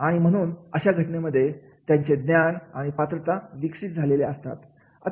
आणि म्हणून अशा घटनेमध्ये त्याचे ज्ञान आणि पात्रता विकसित झालेल्या असतात